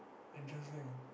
interesting